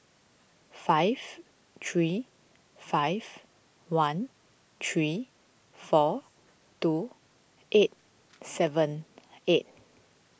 five three five one three four two eight seven eight